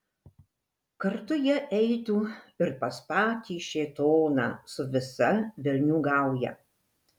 kartu jie eitų ir pas patį šėtoną su visa velnių gauja